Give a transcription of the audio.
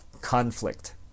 conflict